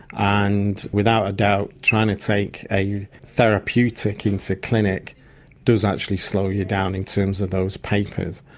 and without a doubt trying to take a therapeutic into clinic does actually slow you down in terms of those papers.